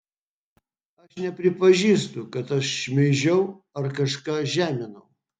aš nepripažįstu kad aš šmeižiau ar kažką žeminau